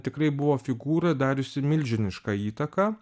tikrai buvo figūra dariusi milžinišką įtaką